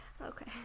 Okay